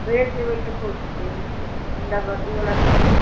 भेज देबै तऽ खोजतै गुण्डागर्दीवाला सभकेँ